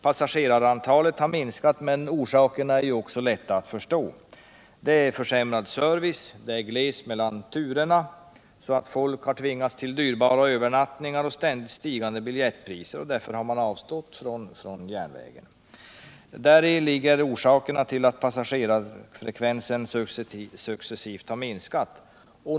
Passagerarantalet har minskat, men orsakerna är lätta att förstå: försämrad service, glest mellan turerna så att folk tvingas till dyrbara övernattningar, ständigt stigande biljettpriser. Däri ligger orsaken till att man avstått från att resa med SJ och att passagerarfrekvensen alltså successivt minskat.